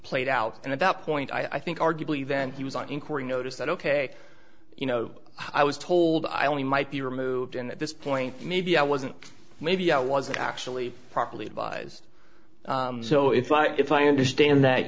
played out and at that point i think arguably then he was on inquiry notice that ok you know i was told i only might be removed and at this point maybe i wasn't maybe i wasn't actually properly advised so if i'm if i understand that